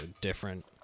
different